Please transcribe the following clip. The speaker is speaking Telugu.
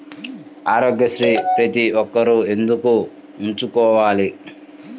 ఆరోగ్యశ్రీ ప్రతి ఒక్కరూ ఎందుకు చేయించుకోవాలి?